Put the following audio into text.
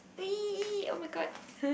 oh-my-god